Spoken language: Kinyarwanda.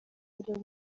petero